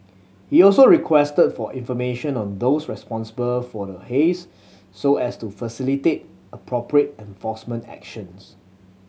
he also requested for information on those responsible for the haze so as to facilitate appropriate enforcement actions